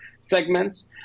segments